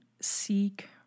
seek